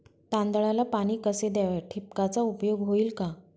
तांदळाला पाणी कसे द्यावे? ठिबकचा उपयोग होईल का?